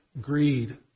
greed